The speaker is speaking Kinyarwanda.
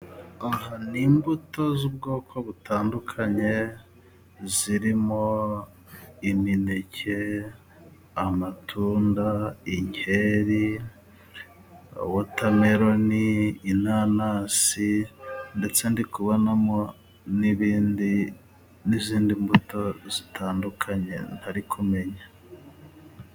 Ni mbuto z'ubwoko butandukanye zirimo imineke, amatunda, inkeri, wotameloni, inanasi ndetse ndikubonamo n'ibindi, n'izindi mbuto zitandukanye ntari kumenya.